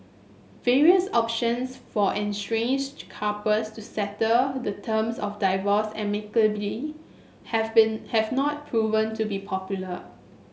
various options for estranges couples to settle the terms of divorce amicably have been have not proven to be popular